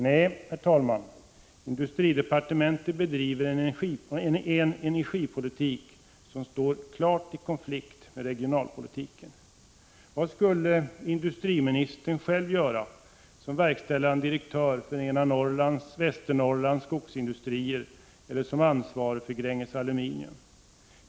Nej, herr talman, industridepartementet bedriver en energipolitik som står klart i konflikt med regionalpolitiken. Vad skulle industriministern själv göra som verkställande direktör för en av Västernorrlands skogsindustrier eller som ansvarig för Gränges Aluminium?